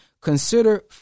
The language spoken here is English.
Consider